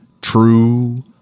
True